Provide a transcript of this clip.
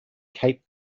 cape